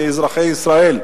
כאזרחי ישראל,